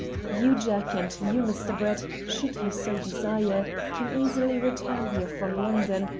you, jack, and you, mr. brett, should you so desire, can easily return here from london,